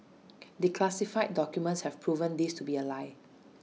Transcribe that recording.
declassified documents have proven this to be A lie